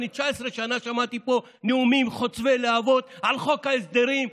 אני 19 שנה שמעתי פה נאומים חוצבי להבות על חוק ההסדרים.